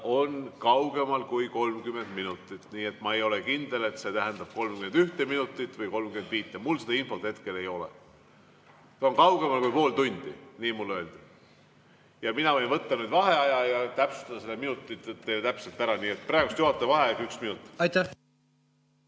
on kaugemal kui 30 minutit. Ma ei ole kindel, kas see tähendab 31 minutit või 35. Mul seda infot hetkel ei ole. Ta on kaugemal kui pool tundi, nii mulle öeldi. Mina võin võtta nüüd vaheaja ja täpsustada need minutid täpselt ära. Praegu tuleb juhataja vaheaeg üks minut.V a h